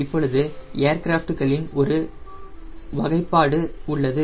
இப்பொழுது ஏர்கிராஃப்ட்களின் ஒரு வகைப்பாடு உள்ளது